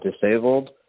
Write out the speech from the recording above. disabled